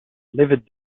livid